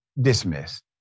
dismiss